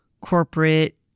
corporate